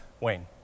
Wayne